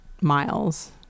miles